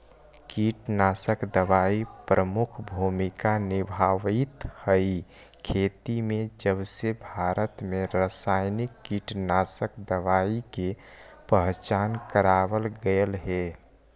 कीटनाशक दवाई प्रमुख भूमिका निभावाईत हई खेती में जबसे भारत में रसायनिक कीटनाशक दवाई के पहचान करावल गयल हे